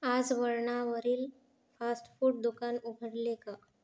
आज वळणावरील fast food दुकान उघडले का